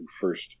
first